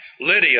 Lydia